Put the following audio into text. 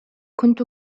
كنت